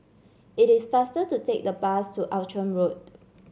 it is faster to take the bus to Outram Road